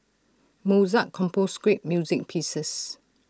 Mozart composed great music pieces